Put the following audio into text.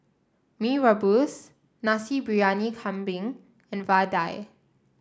Mee Rebus Nasi Briyani Kambing and vadai